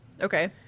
Okay